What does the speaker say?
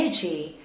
energy